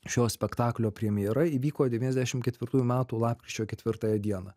šio spektaklio premjera įvyko devyniasdešim ketvirtųjų metų lapkričio ketvirtąją dieną